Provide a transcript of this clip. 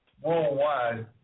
Worldwide